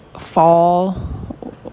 fall